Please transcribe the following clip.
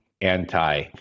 anti